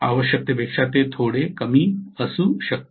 आवश्यकतेपेक्षा ते थोडे कमी असू शकते